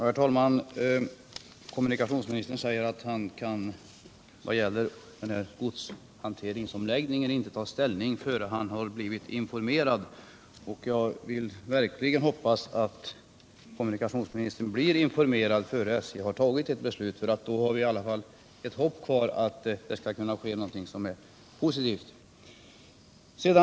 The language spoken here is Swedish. Herr talman! Kommunikationsministern säger att han vad gäller godshanteringsomläggningen inte kan ta ställning förrän han blivit informerad. Jag vill verkligen hoppas att kommunikationsministern blir informerad innan SJ fattar ett beslut i frågan. Då har vi i alla fall ett hopp kvar om att det skall kunna ske någonting positivt på det området.